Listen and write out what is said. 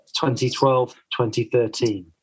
2012-2013